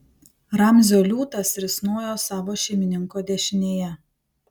ramzio liūtas risnojo savo šeimininko dešinėje